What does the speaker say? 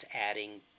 adding